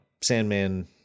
Sandman